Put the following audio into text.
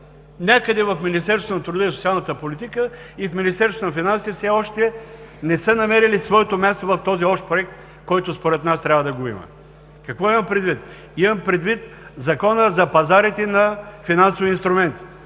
някъде в Министерството на труда и социалната политика и в Министерството на финансите, все още не са намерили своето място в този общ проект, който според нас трябва да го има. Какво имам предвид? Имам предвид Закона за пазарите на финансови инструменти.